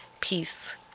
Peace